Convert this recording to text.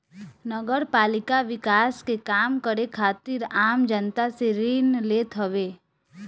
नगरपालिका विकास के काम करे खातिर आम जनता से ऋण लेत हवे